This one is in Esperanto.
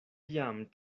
jam